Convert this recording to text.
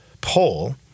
poll